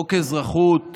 חוק אזרחות